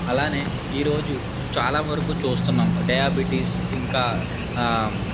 అలాగే ఈరోజు చాలా వరకు చూస్తున్నాం డయాబెటీస్ ఇంకా